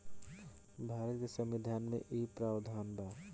भारत के संविधान में इ प्रावधान बा